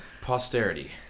Posterity